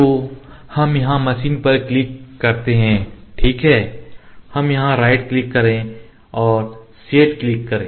तो हम यहाँ मशीन पर क्लिक करते हैं ठीक है हम यहाँ राइट क्लिक करें और सेट पर क्लिक करें